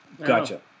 Gotcha